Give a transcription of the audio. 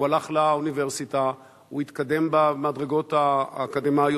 הוא הלך לאוניברסיטה, הוא התקדם במדרגות האקדמיות.